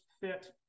fit